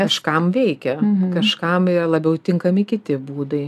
kažkam veikia kažkam yra labiau tinkami kiti būdai